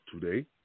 today